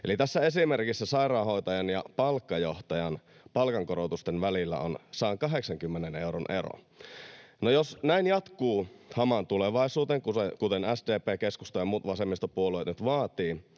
Eli tässä esimerkissä sairaanhoitajan ja palkkajohtajan palkankorotusten välillä on 180 euron ero. No, jos näin jatkuu hamaan tulevaisuuteen, kuten SDP, keskusta ja muut vasemmistopuolueet nyt vaativat,